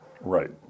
Right